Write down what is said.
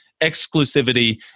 exclusivity